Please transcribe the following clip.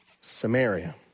Samaria